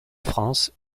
france